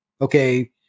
okay